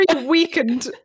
weakened